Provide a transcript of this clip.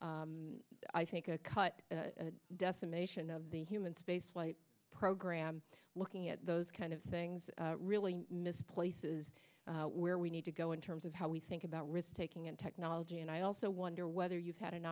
for i think a cut decimation of the human space flight program looking at those kind of things really miss places where we need to go in terms of how we think about risk taking and technology and i also wonder whether you've had an